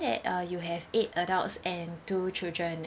that uh you have eight adults and two children